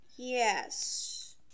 Yes